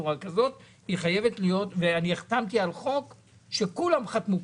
בצורה כזאת אלא היא חייבת להיות ואני החתמתי על חוק שכולם חתמו,